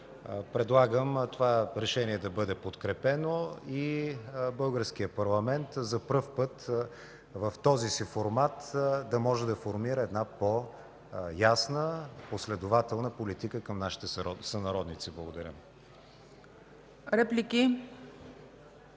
Предлагам това проекторешение да бъде подкрепено и българският парламент за пръв път в този си формат да може да формира една по-ясна, последователна политика към нашите сънародници. Благодаря.